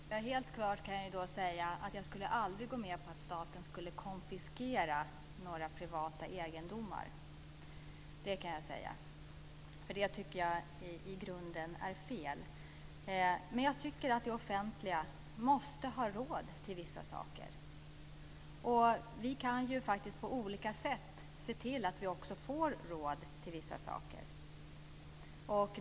Fru talman! Helt klart kan jag säga att jag aldrig skulle gå med på att staten skulle konfiskera några privata egendomar. Det tycker jag i grunden är fel. Men jag tycker att det offentliga måste ha råd med vissa saker. Vi kan ju faktiskt på olika sätt se till att vi också får råd med vissa saker.